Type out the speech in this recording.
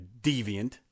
deviant